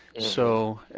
so,